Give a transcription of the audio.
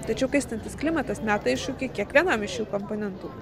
tačiau kaistantis klimatas meta iššūkį kiekvienam iš šių komponentų